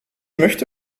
möchte